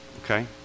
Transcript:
Okay